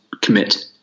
commit